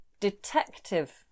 detective